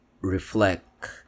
reflect